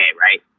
Right